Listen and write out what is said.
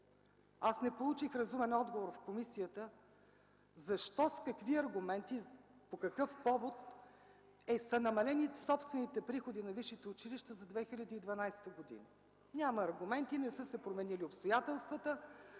Не получих разумен отговор в комисията: защо, с какви аргументи, по какъв повод са намалени собствените приходи на висшите училища за 2012 г.? Няма аргументи, не са се променили обстоятелствата.